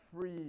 free